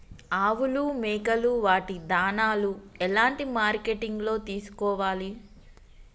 ఆవులు మేకలు వాటి దాణాలు ఎలాంటి మార్కెటింగ్ లో తీసుకోవాలి?